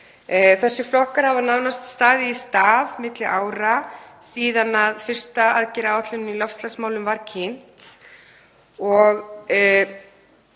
Þessir flokkar hafa nánast staðið í stað milli ára síðan fyrsta aðgerðaáætlunin í loftslagsmálum var kynnt.